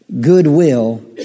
goodwill